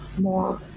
more